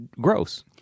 gross